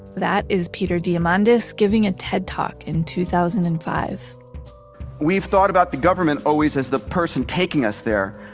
that is peter diamandis giving a ted talk in two thousand and five point we've thought about the government always has the person taking us there.